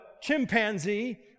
chimpanzee